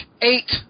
Eight